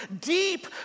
deep